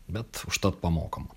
bet užtat pamokomą